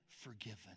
forgiven